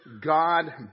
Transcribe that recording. God